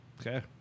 Okay